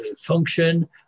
function